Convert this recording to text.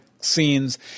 scenes